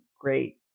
great